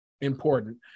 important